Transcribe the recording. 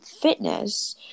fitness